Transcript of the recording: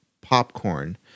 popcorn